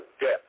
death